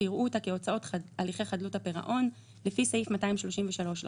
ויראו אותה כהוצאות הליכי חדלות הפירעון לפי סעיף 233 לחוק.